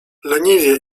leniwie